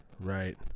Right